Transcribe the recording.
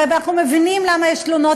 הרי אנחנו מבינים למה יש תלונות